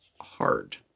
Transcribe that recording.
hard